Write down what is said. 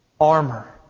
armor